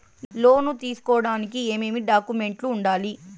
లోను తీసుకోడానికి ఏమేమి డాక్యుమెంట్లు ఉండాలి